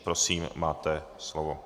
Prosím, máte slovo.